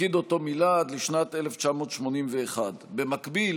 ומילא את התפקיד עד לשנת 1981. במקביל